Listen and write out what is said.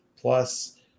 plus